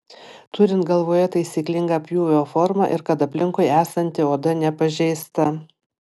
turint galvoje taisyklingą pjūvio formą ir kad aplink esanti oda nepažeista